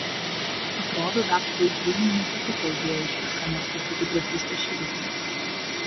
atrodo daktarui hjumui nepatiko idėja išvis ką nors sakyti grafystės šerifui